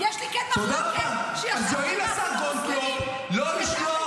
כן יש לי מחלוקת --- אז יואיל השר גולדקנופ לא לשלוח